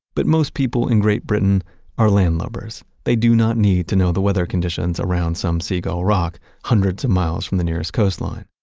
but most people in great britain are landlubbers. they do not need to know the weather conditions around some seagull rock hundreds of miles from the nearest coastline.